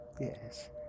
Yes